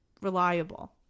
reliable